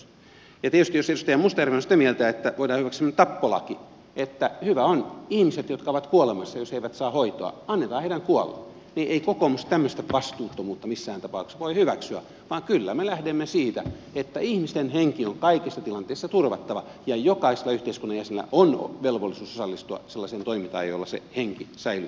tietysti jos edustaja mustajärvi on sitä mieltä että voidaan hyväksyä semmoinen tappolaki että hyvä on annetaan sellaisten ihmisten kuolla jotka ovat kuolemassa jos he eivät saa hoitoa niin ei kokoomus tämmöistä vastuuttomuutta missään tapauksessa voi hyväksyä vaan kyllä me lähdemme siitä että ihmisten henki on kaikissa tilanteissa turvattava ja jokaisella yhteiskunnan jäsenellä on velvollisuus osallistua sellaiseen toimintaan jolla se henki säilytetään